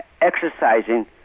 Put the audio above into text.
exercising